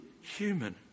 human